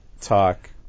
talk